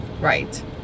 Right